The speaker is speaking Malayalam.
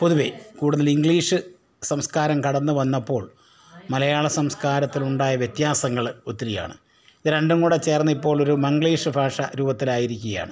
പൊതുവെ കൂടുതൽ ഇംഗ്ലീഷ് സംസ്കാരം കടന്നു വന്നപ്പോൾ മലയാള സംസ്കാരത്തിലുണ്ടായ വ്യത്യാസങ്ങൾ ഒത്തിരിയാണ് ഇത് രണ്ടുംകൂടെ ചേർന്നിപ്പോഴൊരു മംഗ്ലീഷ് ഭാഷ രൂപത്തിലായിരിക്കയാണ്